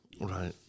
Right